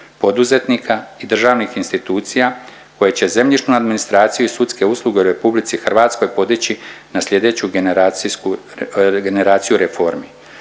poduzetnika i državnih institucija koje će zemljišnu administraciju i sudske usluge u RH podići na sljedeću generacijsku